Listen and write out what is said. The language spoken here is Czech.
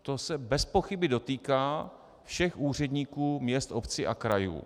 To se bezpochyby dotýká všech úředníků měst, obcí a krajů.